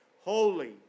holy